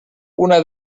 una